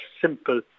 simple